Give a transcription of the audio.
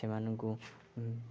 ସେମାନଙ୍କୁ